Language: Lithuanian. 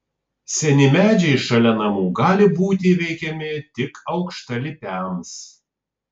seni medžiai šalia namų gali būti įveikiami tik aukštalipiams